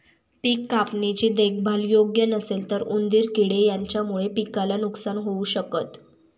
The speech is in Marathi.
पिक कापणी ची देखभाल योग्य नसेल तर उंदीर किडे यांच्यामुळे पिकाला नुकसान होऊ शकत